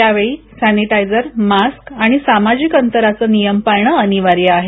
यावेळी sanitiser mask आणि सामाजिक अंतराचे नियम पाळणं अनिवार्य आहे